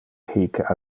hic